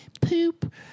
poop